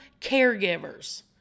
caregivers